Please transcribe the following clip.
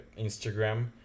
Instagram